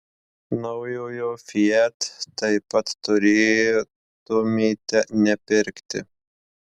naujojo fiat taip pat turėtumėte nepirkti